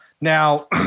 Now